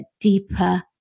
deeper